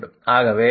ஆகவே dR